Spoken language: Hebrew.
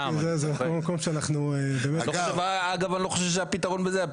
אגב, אני לא חושב שהפתרון בזה.